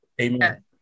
Amen